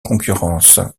concurrence